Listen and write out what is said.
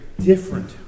different